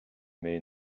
mais